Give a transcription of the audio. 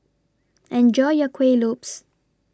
Enjoy your Kuih Lopes